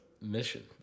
mission